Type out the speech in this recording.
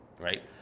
right